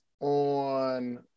on